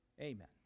Amen